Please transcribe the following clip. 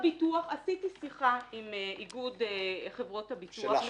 עשיתי שיחה עם איגוד חברות הביטוח לפני שנה.